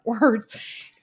words